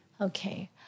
Okay